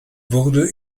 wurde